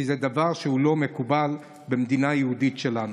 כי זה דבר שהוא לא מקובל במדינה היהודית שלנו.